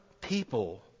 people